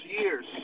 years